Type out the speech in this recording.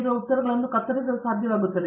ನೀವು ವಿಭಾಗಗಳಲ್ಲಿ ಕತ್ತರಿಸಲು ಸಾಧ್ಯವಾಗುತ್ತದೆ